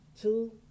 two